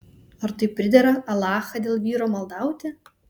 ar tai pridera alachą dėl vyro maldauti